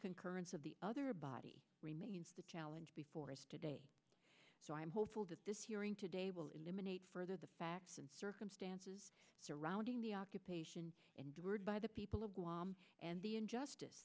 concurrence of the other body remains the challenge before us today so i am hopeful that this hearing today will eliminate further the facts and circumstances surrounding the occupation endured by the people of guam and the injustice